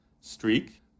streak